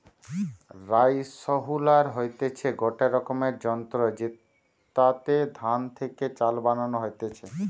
rice huller হতিছে গটে রকমের যন্ত্র জেতাতে ধান থেকে চাল বানানো হতিছে